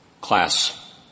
class